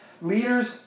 leaders